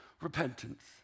repentance